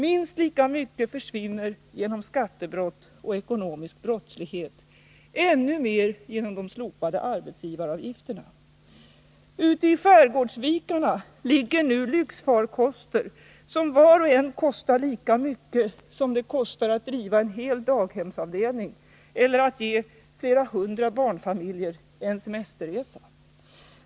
Minst lika mycket försvinner genom skattebrott och ekonomisk brottslighet — ännu mer genom de slopade arbetsgivaravgifterna. Ute i skärgårdsvikarna ligger nu lyxfarkoster som var och en kostar lika mycket som det kostar att driva en hel daghemsavdelning eller att ge flera hundra barnfamiljer en semesterresa.